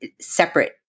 separate